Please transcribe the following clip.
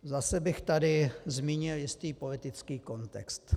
Zase bych tady zmínil jistý politický kontext.